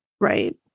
Right